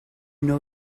know